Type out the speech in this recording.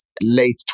late